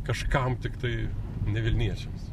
kažkam tiktai ne vilniečiams